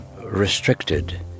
restricted